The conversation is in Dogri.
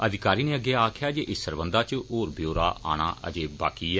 अधिकारी नै अग्गै आक्खेया जे इस सरबंधा इच होर ब्यौरा आना अजें बाकी ऐ